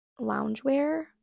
loungewear